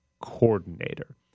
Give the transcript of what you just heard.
coordinator